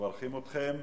מברכים אתכם,